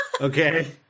Okay